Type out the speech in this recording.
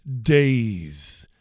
days